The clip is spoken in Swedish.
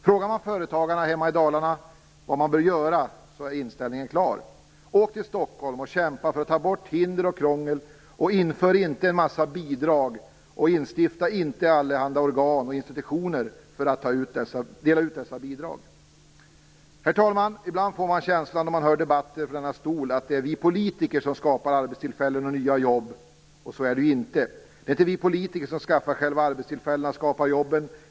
Om man frågar företagarna hemma i Dalarna vad som bör göras är inställningen klar: Åk till Stockholm och kämpa för att ta bort hinder och krångel, och inför inte en massa bidrag och instifta inte allehanda organ och institutioner för att dela ut dessa bidrag. Herr talman! Ibland får man känslan, då man hör debatter från denna stol, att det är vi politiker som skapar arbetstillfällen och nya jobb. Så är det ju inte; det är inte vi politiker som skaffar själva arbetstillfällena och skapar jobben.